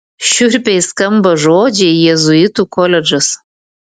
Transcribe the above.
šiurpiai skamba žodžiai jėzuitų koledžas